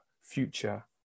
future